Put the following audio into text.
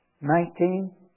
Nineteen